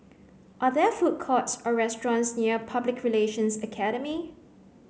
are there food courts or restaurants near Public Relations Academy